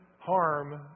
harm